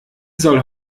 soll